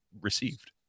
received